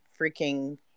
freaking